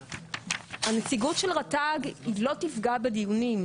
הנציגות של רט"ג לא תפגע בדיונים,